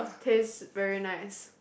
taste very nice